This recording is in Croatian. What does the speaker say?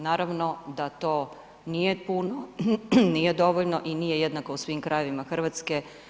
Naravno da to nije puno, nije dovoljno i nije jednako u svim krajevima Hrvatske.